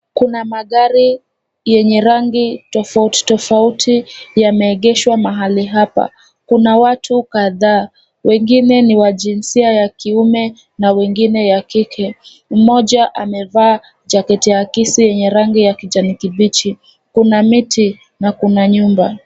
Kuna magari yenye rangi tofauti tofauti yameegeshwa mahali hapa. Kuna watu kadhaa, wengine ni wa jinsia ya kiume na wengine ya kike. Mmoja amevaa jaketi akisi yenye rangi ya kijani kibichi. Kuna miti na kuna nyumba.